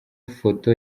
foto